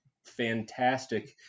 fantastic